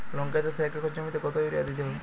লংকা চাষে এক একর জমিতে কতো ইউরিয়া দিতে হবে?